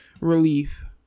relief